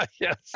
Yes